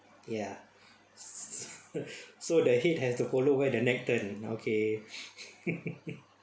ya so the head has to follow where the neck turn okay